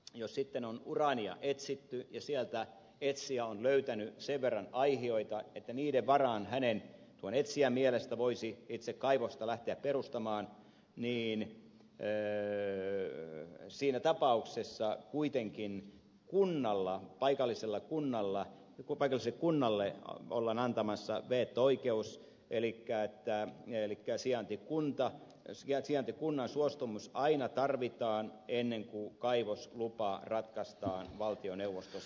jos sitten on uraania etsitty ja sieltä etsijä on löytänyt sen verran aihioita että niiden varaan hänen tuon etsijän mielestä voisi itse kaivosta lähteä perustamaan niin siinä tapauksessa kuitenkin kunnalle paikalliselle kunnalle ollaan antamassa veto oikeus eli käyttää mieli ja sijaintikunta keski aasian elikkä sijaintikunnan suostumus aina tarvitaan ennen kuin kaivoslupa ratkaistaan valtioneuvostossa